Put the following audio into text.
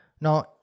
Now